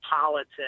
politics